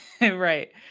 Right